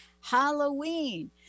Halloween